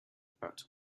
about